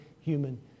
human